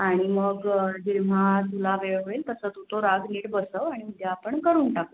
आणि मग जेव्हा तुला वेळ होईल तसं तू तो राग नीट बसव आणि उद्या आपण करून टाकू